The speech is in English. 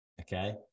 okay